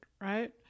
right